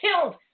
killed